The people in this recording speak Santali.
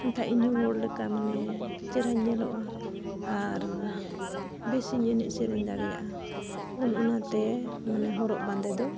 ᱮᱱᱠᱷᱟᱡ ᱤᱧᱦᱚᱸ ᱦᱚᱲ ᱞᱮᱠᱟ ᱢᱟᱱᱮ ᱪᱮᱦᱨᱟᱧ ᱧᱮᱞᱚᱜᱼᱟ ᱟᱨ ᱵᱮᱥᱤᱧ ᱮᱱᱮᱡᱼᱥᱮᱨᱮᱧ ᱫᱟᱲᱮᱭᱟᱜᱼᱟ ᱚᱱᱼᱚᱱᱟᱛᱮ ᱢᱟᱱᱮ ᱦᱚᱨᱚᱜ ᱵᱟᱸᱫᱮ ᱫᱚ